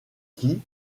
qui